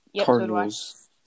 Cardinals